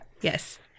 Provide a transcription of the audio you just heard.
Yes